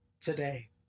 today